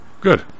Good